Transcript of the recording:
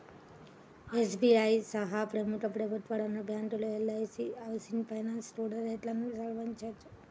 SBI సహా ప్రముఖ ప్రభుత్వరంగ బ్యాంకులు, ఎల్.ఐ.సీ హౌసింగ్ ఫైనాన్స్ కూడా రేట్లను సవరించాయి